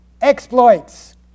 exploits